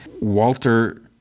Walter